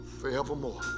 forevermore